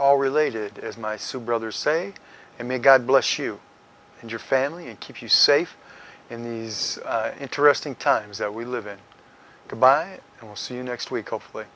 all related as my sue brother say may god bless you and your family and keep you safe in these interesting times that we live in dubai and we'll see you next week hopefully